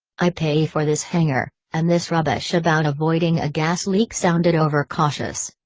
i pay for this hangar, and this rubbish about avoiding a gas leak sounded overcautious.